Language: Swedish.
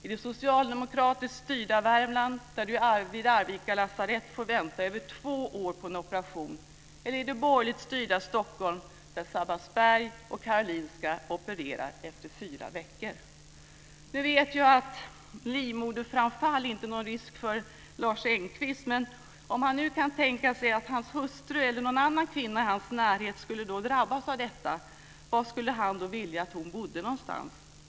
I det socialdemokratiskt styrda Värmland där han vid Arvika lasarett får vänta över två år på en operation eller i det borgerligt styrda Stockholm där Sabbatsberg och Karolinska opererar efter fyra veckor? Nu vet jag att livmoderframfall inte är någon risk för Lars Engqvist. Men om han nu kan tänka sig att hans hustru eller någon annan kvinna i hans närhet skulle drabbas av detta, var skulle han vilja att hon bodde någonstans?